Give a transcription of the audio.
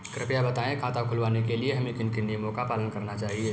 कृपया बताएँ खाता खुलवाने के लिए हमें किन किन नियमों का पालन करना चाहिए?